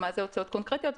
מה זה הוצאות קונקרטיות?